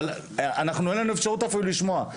אבל אנחנו אין לנו אפשרות אפילו לשמוע.